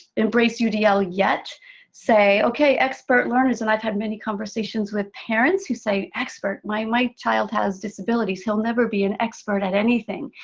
embrace udl yet say okay expert learners, and i've had many conversations with parents who say, expert? my my child has disabilities, he'll never be an expert at anything.